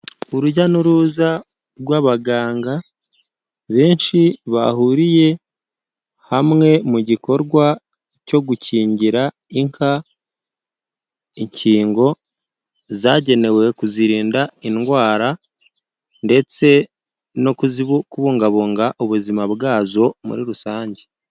Urujya n'uruza rw'abaganga benshi bahuriye hamwe mu gikorwa cyo gukingira inka inkingo zagenewe kuzirinda indwara ndetse no kubungabunga ubuzima bwazo muri rusange.